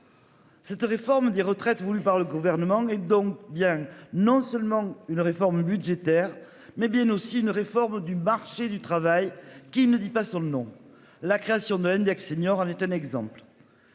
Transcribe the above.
Cette réforme des retraites voulue par le gouvernement et donc bien non seulement une réforme budgétaire, mais bien aussi une réforme du marché du travail qui ne dit pas sur le nom, la création d'un index seniors en est un exemple.